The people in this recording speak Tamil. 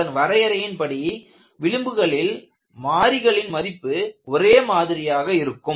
அதன் வரையறையின் படி விளிம்புகளில் மாறிகளின் மதிப்பு ஒரே மாதிரியாக இருக்கும்